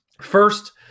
First